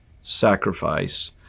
sacrifice